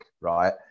right